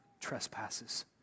trespasses